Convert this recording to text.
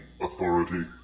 authority